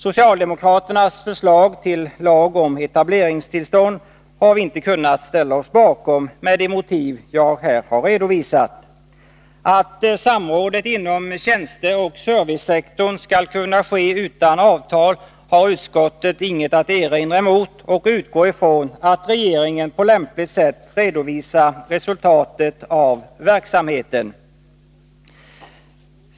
Socialdemokraternas förslag till en lag om etableringstillstånd har vi inte kunnat ställa oss bakom — motiven har jag redan redovisat här. Att samrådet inom tjänsteoch servicesektorn skall kunna ske utan avtal har utskottet inget att erinra emot. Man utgår från att regeringen på lämpligt sätt redovisar resultatet av verksamheten.